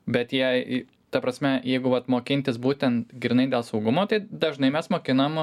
bet jei ta prasme jeigu vat mokintis būtent grynai dėl saugumo tai dažnai mes mokinam